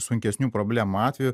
sunkesnių problemų atveju